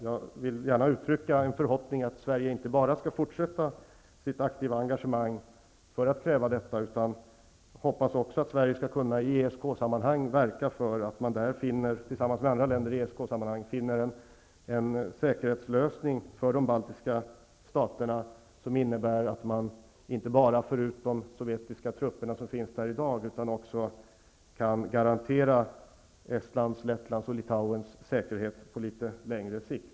Jag vill gärna uttrycka en förhoppning att Sverige inte bara skall fortsätta sitt aktiva engagemang för att kräva detta utan också att Sverige skall kunna i ESK-sammanhang verka för att tillsammans med andra länder finna en säkerhetslösning för de baltiska staterna som innebär inte bara att man får ut de sovjetiska trupperna som finns där i dag utan också kan garantera Estlands, Lettlands och Litauens säkerhet på litet längre sikt.